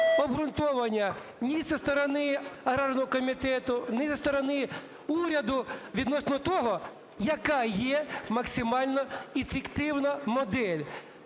обґрунтування ні зі сторони аграрного комітету, ні зі сторони уряду відносно того, яка є максимально ефективна модель.